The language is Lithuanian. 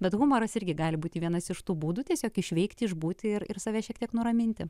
bet humoras irgi gali būti vienas iš tų būdų tiesiog išveikti išbūti ir save šiek tiek nuraminti